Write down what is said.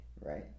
right